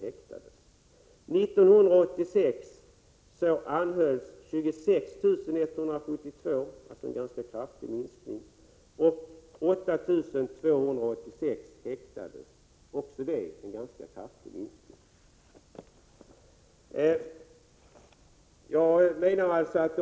1986 anhölls 26 172 och häktades 8 286 — dvs. en ganska kraftig minskning.